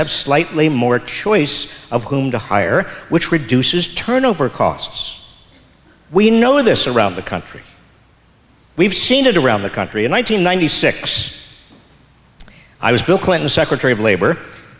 have slightly more choice of whom to hire which reduces turnover costs we know this around the country we've seen it around the country in one nine hundred ninety six i was bill clinton's secretary of labor